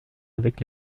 avec